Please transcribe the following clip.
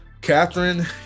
Catherine